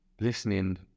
listening